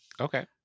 Okay